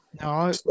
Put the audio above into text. no